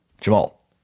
Jamal